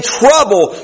trouble